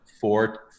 four